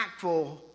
impactful